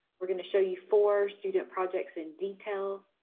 we're going to show you four student projects in detail,